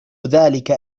ذلك